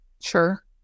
Sure